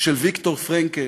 של ויקטור פרנקל,